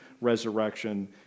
resurrection